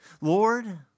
Lord